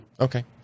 Okay